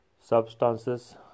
substances